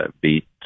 beat